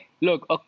Look